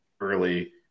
early